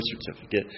certificate